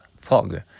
Fog